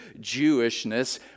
Jewishness